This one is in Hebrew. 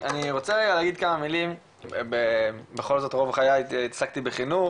אני רוצה רגע להגיד כמה מילים בכל זאת רוב חיי התעסקתי בחינוך